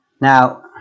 Now